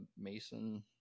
mason